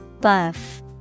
Buff